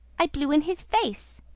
i blew in his face,